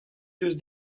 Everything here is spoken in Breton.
deus